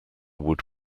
would